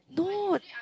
no